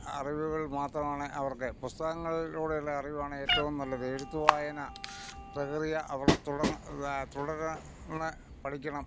അറിവുകൾ മാത്രമാണ് അവർക്ക് പുസ്തകങ്ങളിലൂടെ ഉള്ള അറിവാണ് ഏറ്റവും നല്ലത് എഴുത്ത് വായന പ്രക്രിയാ അവർ തുടന്ന് തുടര ന്ന് പഠിക്കണം